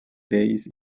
days